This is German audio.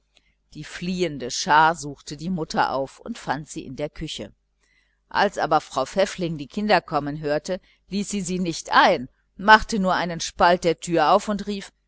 die fliehende schar suchte die mutter auf und fand sie in der küche als aber frau pfäffling die kinder kommen hörte ließ sie sie nicht ein machte nur einen spalt der türe auf und rief